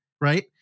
Right